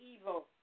evil